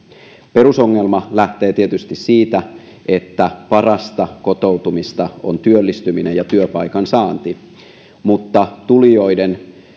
perusongelma lähtee tietysti siitä että parasta kotoutumista on työllistyminen ja työpaikan saanti mutta tulijoiden